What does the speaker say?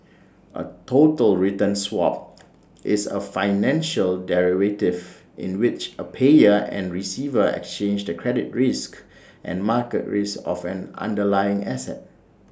A total return swap is A financial derivative in which A payer and receiver exchange the credit risk and market risk of an underlying asset